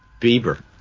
Bieber